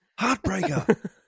Heartbreaker